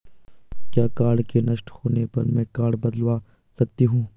क्या कार्ड के नष्ट होने पर में कार्ड बदलवा सकती हूँ?